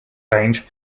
range